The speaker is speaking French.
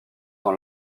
dans